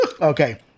Okay